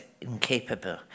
incapable